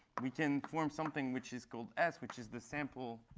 we can form something which is called s, which is the sample,